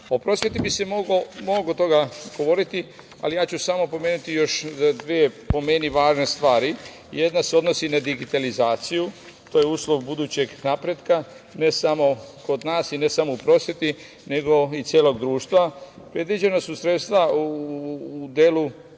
prosveti bi se moglo mnogo toga govoriti, ali ja ću samo pomenuti još dve, po meni važne stvari. Jedna se odnosi na digitalizaciju. To je uslov budućeg napretka, ne samo kod nas i ne samo u prosveti, nego i celog društva. Predviđena su sredstva u delu